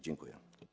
Dziękuję.